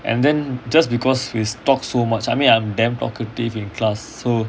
and then just because we talked so much I mean I'm damn talkative in class so